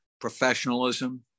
professionalism